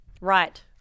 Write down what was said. Right